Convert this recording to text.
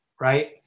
right